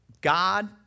God